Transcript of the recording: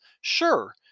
Sure